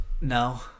No